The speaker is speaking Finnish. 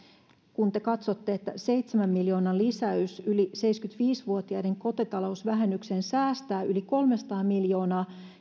kun te katsotte että seitsemän miljoonan lisäys yli seitsemänkymmentäviisi vuotiaiden kotitalousvähennykseen säästää yli kolmesataa miljoonaa